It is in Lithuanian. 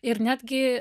ir netgi